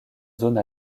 zone